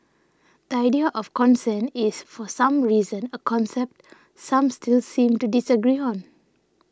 the idea of consent is for some reason a concept some still seem to disagree on